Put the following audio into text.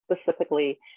specifically